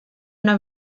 una